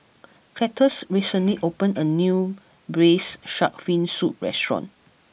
Cletus recently opened a new Braised Shark Fin Soup restaurant